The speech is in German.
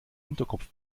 hinterkopf